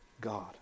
God